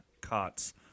cots